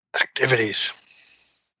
activities